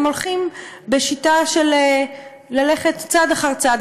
הם הולכים בשיטה של ללכת צעד אחר צעד,